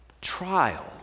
trial